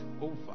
over